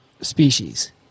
species